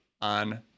on